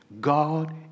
God